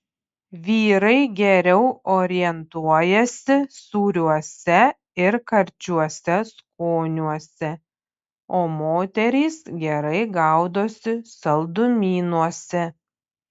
vyrai geriau orientuojasi sūriuose ir karčiuose skoniuose o moterys gerai gaudosi saldumynuose